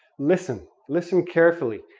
listen, listen carefully.